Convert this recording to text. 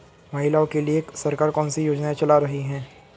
महिलाओं के लिए सरकार कौन सी योजनाएं चला रही है?